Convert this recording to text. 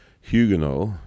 Huguenot